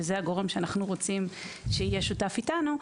זה לא גורע מאחריותו לשלום המטופלים כהוא